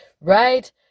Right